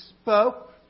spoke